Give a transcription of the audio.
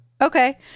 Okay